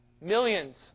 millions